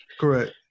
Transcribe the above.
Correct